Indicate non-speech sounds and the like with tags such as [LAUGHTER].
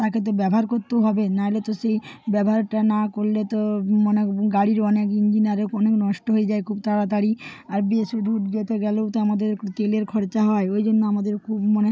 তাকে তো ব্যবহার করতেও হবে নইলে তো সেই ব্যবহারটা না করলে তো মানে গাড়ির অনেক ইঞ্জিন আরে [UNINTELLIGIBLE] নষ্ট হয়ে যায় খুব তাড়াতাড়ি আর বেশি দূর যেতে গেলেও তো আমাদের তেলের খরচা হয় ওই জন্য আমাদের খুব মানে